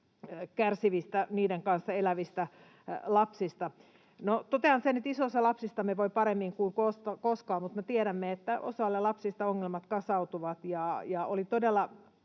kärsivistä, niiden kanssa elävistä lapsista. Totean sen, että iso osa lapsistamme voi paremmin kuin koskaan, mutta me tiedämme, että osalle lapsista ongelmat kasautuvat.